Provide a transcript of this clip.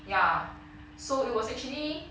ya so it was actually